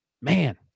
man